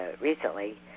recently